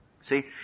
See